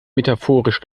metaphorisch